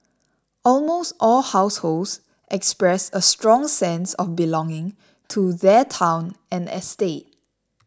almost all households expressed a strong sense of belonging to their town and estate